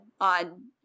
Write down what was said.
on